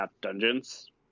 dungeons